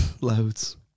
Loads